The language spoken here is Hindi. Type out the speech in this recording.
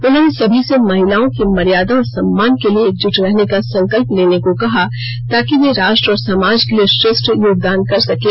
उन्होंने सभी से महिलाओं की मर्यादा और सम्मान के लिए एकजुट रहने का संकल्प लेने को कहा ताकि वे राष्ट्र और समाज के लिए श्रेष्ठ योगदान कर सकें